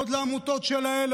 עוד לעמותות של אלה,